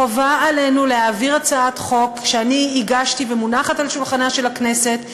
חובה עלינו להעביר הצעת חוק שאני הגשתי ומונחת על שולחנה של הכנסת,